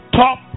top